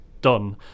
done